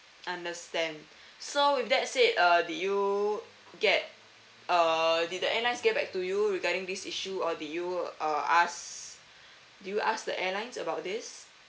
understand so with that said uh did you get err did the airlines get back to you regarding this issue or did you uh ask did you ask the airlines about this